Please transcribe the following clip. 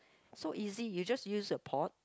so easy you just use a pot